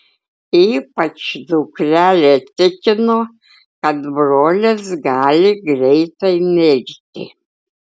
ypač dukrelė tikino kad brolis gali greitai mirti